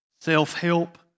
self-help